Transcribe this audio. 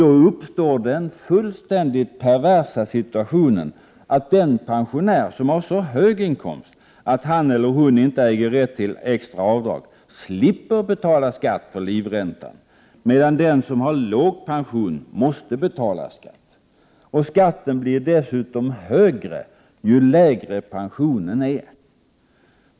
Då uppstår alltså den fullständigt perversa situationen att den pensionär som har så hög inkomst att han eller hon inte äger rätt till extra avdrag slipper betala skatt för livräntan, medan den som har låg pension får betala skatt. Skatten blir dessutom högre ju lägre pensionen är.